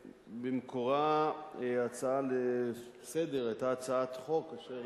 במקורה ההצעה לסדר-היום היתה הצעת חוק אשר